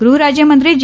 ગૃહરાજ્યમંત્રી જી